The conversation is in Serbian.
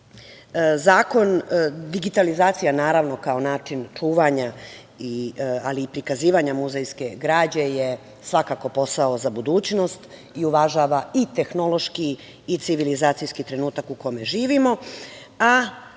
sačuvati. Digitalizacija, naravno, kao način čuvanja, ali i prikazivanja muzejske građe, je svakako posao za budućnost i uvažava i tehnološki i civilizacijski trenutak u kome živimo,